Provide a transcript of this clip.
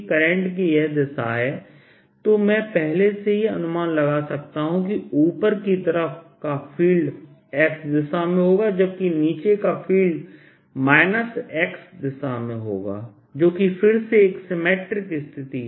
current की यह दिशा है तो मैं पहले से ही अनुमान लगा सकता हूं कि ऊपर की तरफ का फील्ड x दिशा में होगा और जबकि नीचे का फील्ड x दिशा में होगा जोकि फिर से एक सिमिट्रिक स्थिति है